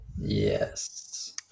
Yes